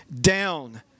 down